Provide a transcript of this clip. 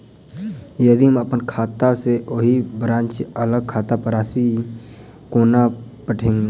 यदि हम अप्पन खाता सँ ओही ब्रांच केँ अलग खाता पर राशि कोना पठेबै?